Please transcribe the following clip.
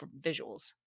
visuals